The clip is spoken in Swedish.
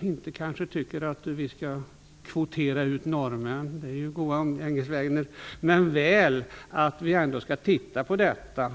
tycker kanske inte att vi skall kvotera norrmän särskilt, som ju är goda umgängesvänner. Men vi kan väl titta på detta.